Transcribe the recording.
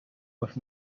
with